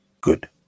good